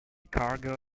cargo